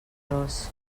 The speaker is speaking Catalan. dos